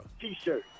t-shirt